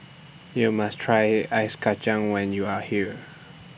YOU must Try An Ice Kachang when YOU Are here